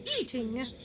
eating